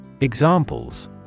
Examples